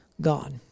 God